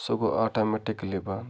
سُہ گوٚو آٹومیٹِکٔلی بَنٛد